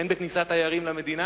הן בכניסת תיירים למדינה